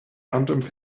abend